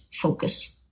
focus